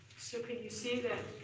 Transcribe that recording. so can you see that